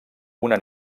una